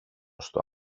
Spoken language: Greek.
στο